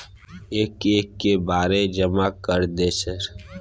एक एक के बारे जमा कर दे सर?